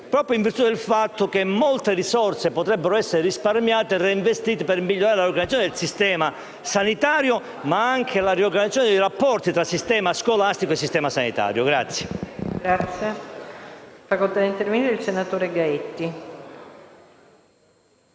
proprio in virtù del fatto che molte risorse potrebbero essere risparmiate e reinvestite per migliorare l'organizzazione del sistema sanitario ma anche la riorganizzazione dei rapporti tra sistema scolastico e sistema sanitario. *(Applausi dal Gruppo* *AP (NCD-UDC) e del senatore Di